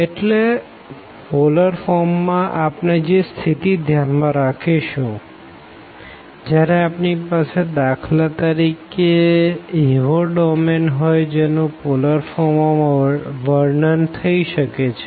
એટલેપોલર form માટે આપણે જે સ્થિતિ ધ્યાન માં રાખીશું જયારે આપણી પાસે દાખલા તરીકે એવો ડોમેન હોય જેનું પોલર ફોર્મ માં વર્ણન થઇ શકે છે